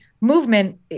movement